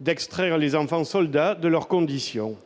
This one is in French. d'extraire les enfants soldats de leur condition.